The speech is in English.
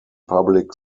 public